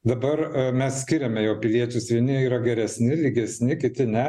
dabar mes skiriame jau piliečius vieni yra geresni lygesni kiti ne